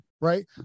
right